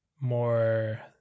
more